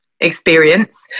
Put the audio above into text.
experience